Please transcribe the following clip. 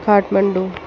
Kathmandu